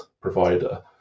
provider